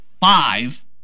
five